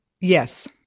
Yes